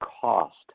cost